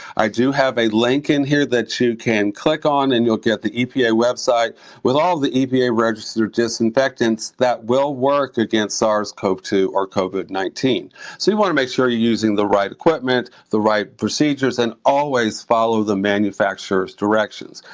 i do have a link in here that you can click on and you'll get the epa website with all the epa registered disinfectants that will work against sars cov two or covid nineteen. so you wanna make sure you're using the right equipment, the right procedures, and always follow the manufacturer's directions.